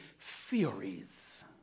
theories